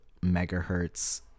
megahertz